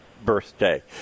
birthday